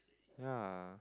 ya